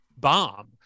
bomb